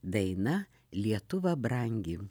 daina lietuva brangi